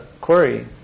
query